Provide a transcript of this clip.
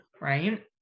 right